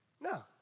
no